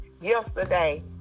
yesterday